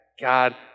God